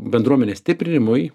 bendruomenės stiprinimui